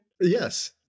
Yes